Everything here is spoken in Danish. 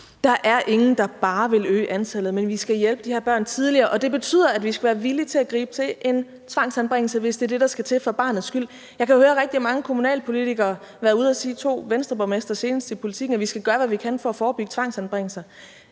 ingen, der bare vil øge antallet, men vi skal hjælpe de her børn tidligere, og det betyder, at vi skal være villige til at gribe til en tvangsanbringelse, hvis det er det, der skal til, for barnets skyld. Jeg hører rigtig mange kommunalpolitikere være ude at sige – senest to Venstreborgmestre i Politiken – at vi skal gøre, hvad vi kan for at forebygge tvangsanbringelser.